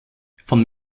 von